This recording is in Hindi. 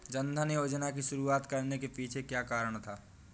जन धन योजना की शुरुआत करने के पीछे क्या कारण था?